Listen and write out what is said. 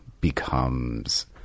becomes